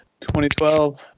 2012